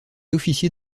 officier